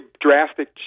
drastic